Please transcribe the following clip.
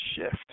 shift